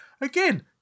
again